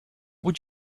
would